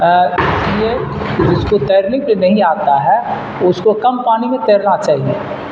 اس لیے جس کو تیرنے کے نہیں آتا ہے اس کو کم پانی میں تیرنا چاہیے